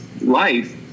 life